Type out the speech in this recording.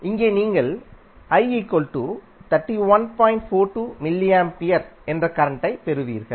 இங்கே நீங்கள் என்ற கரண்டை பெறுவீர்கள்